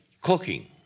cooking